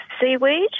seaweed